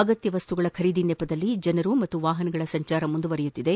ಅಗತ್ಯ ವಸ್ತುಗಳ ಖರೀದಿ ನೆಪದಲ್ಲಿ ಜನ ಮತ್ತು ವಾಹನಗಳ ಸಂಚಾರ ಮುಂದುವರಿಯುತ್ತಿದೆ